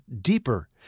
Deeper